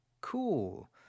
cool